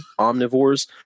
omnivores